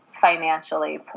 financially